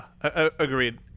agreed